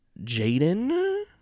Jaden